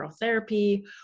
therapy